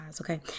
okay